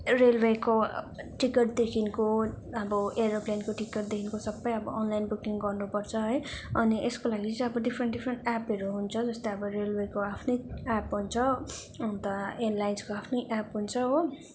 रेलवेको टिकटदेखिको अब एरोप्लेनको टिकटदेखिको सबै अब अनलाइन बुकिङ गर्नुपर्छ है अनि यसको लागि चाहिँ अब डिफरेन्ट डिफरेन्ट एपहरू हुन्छ जस्तै अब रेलवेको आफ्नै एप हुन्छ अन्त एयरलाइन्सको आफ्नै एप हुन्छ हो